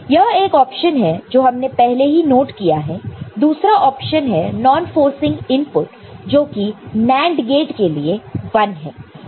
यह एक ऑप्शन है जो हमने पहले ही नोट किया है दूसरा ऑप्शन है नॉन फोर्ससिंग इनपुट जो कि NAND गेट के लिए 1 है